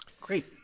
Great